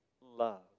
love